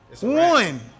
One